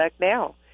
now